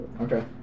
Okay